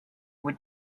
would